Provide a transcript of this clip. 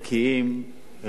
ראויים, חשובים.